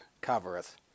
covereth